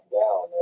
down